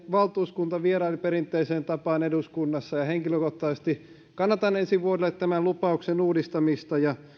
valtuuskunta vieraili perinteiseen tapaan eduskunnassa ja henkilökohtaisesti kannatan ensi vuodelle tämän lupauksen uudistamista ja